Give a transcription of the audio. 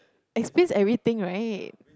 explains everything right